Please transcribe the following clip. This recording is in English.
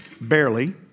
barely